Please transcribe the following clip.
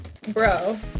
bro